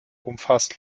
umfasst